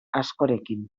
askorekin